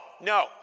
no